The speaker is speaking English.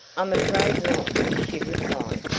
i'm afraid not, she replied.